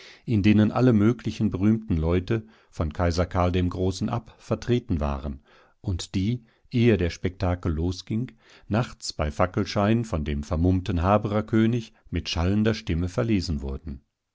in denen alle möglichen berühmten leute von kaiser karl dem großen ab vertreten waren und die ehe der spektakel losging nachts bei fackelschein von dem vermummten habererkönig mit schallender stimme verlesen wurden